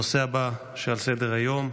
הנושא הבא שעל סדר-היום,